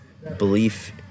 Belief